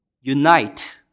unite